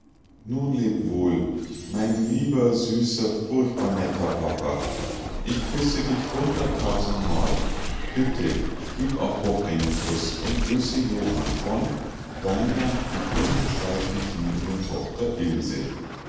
nun leb wohl mein lieber süßer furchtbar netter papa ich küsse dich hunderttausendmal bitte gieb auch bob einen kuß und grüße johann von deiner dich unbeschreiblich liebenden tochter